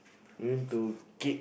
no need to get